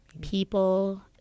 People